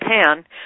Japan